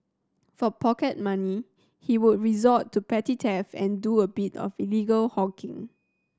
for pocket money he would resort to petty theft and do a bit of illegal hawking